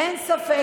אין ספק,